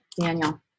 Daniel